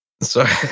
Sorry